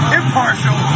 impartial